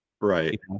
right